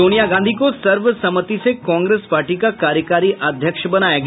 सोनिया गांधी को सर्वसम्मति से कांग्रेस पार्टी का कार्यकारी अध्यक्ष बनाया गया